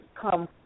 come